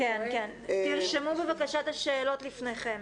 תרשמו בבקשה את השאלות לפניכם.